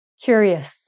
Curious